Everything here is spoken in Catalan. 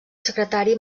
secretari